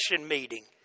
meeting